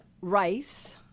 rice